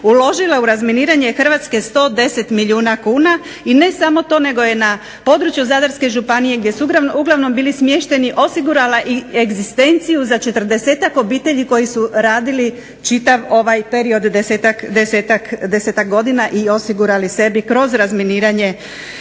uložila u razminiranje Hrvatske 110 milijuna kuna i ne samo to nego je na području Zadarske županije gdje su uglavnom bili smješteni osigurala egzistenciju za 40-tak godine koji su radili čitav ovaj period 10-tak godina i osigurali sebi kroz razminiranje